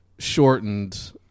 shortened